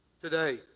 today